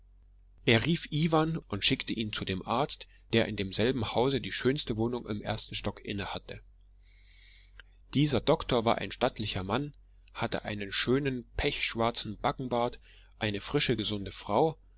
er rief iwan und schickte ihn zu dem arzt der in demselben hause die schönste wohnung im ersten stock inne hatte dieser doktor war ein stattlicher mann hatte einen schönen pechschwarzen backenbart eine frische gesunde frau